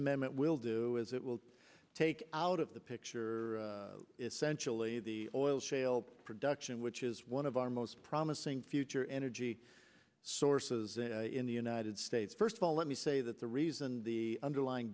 amendment will do is it will take out of the picture essentially the oil shale production which is one of our most promising future energy sources in the united states first of all let me say that the reason the underlying